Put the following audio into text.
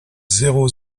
zéro